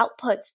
outputs